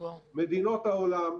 מדינות העולם,